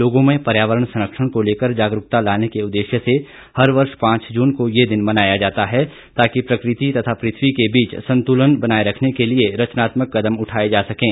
लोगों में पर्यावरण संरक्षण को लेकर जागरूकता लाने के उद्देश्य से हर वर्ष पांच जून को ये दिन मनाया जाता है ताकि प्रकृति तथा पृथ्वी के बीच संतुलन बनाए रखने के लिए रचनात्मक कदम उठाए जा सकें